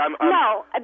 No